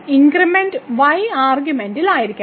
increment y ആർഗ്യുമെന്റിൽ ആയിരിക്കണം